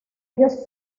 ellos